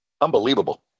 Unbelievable